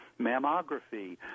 mammography